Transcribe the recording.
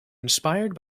inspired